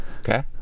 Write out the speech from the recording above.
Okay